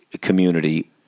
community